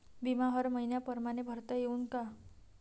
बिमा हर मइन्या परमाने भरता येऊन का?